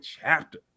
chapter